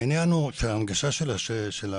העניין הוא שהנגשה של השידורים,